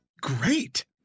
great